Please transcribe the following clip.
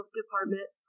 department